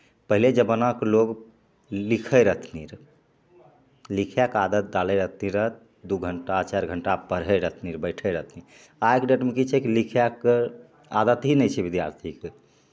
पहिले जमानाके लोक लिखै रहथिन रहै लिखैके आदत डालै रहथिन रहै दुइ घण्टा चारि घण्टा पढ़ै रहथिन रहै बैठै रहथिन आइके डेटमे कि छै कि लिखैके आदत ही नहि छै विद्यार्थीके